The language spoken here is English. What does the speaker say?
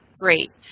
great.